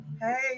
Hey